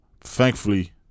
Thankfully